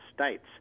States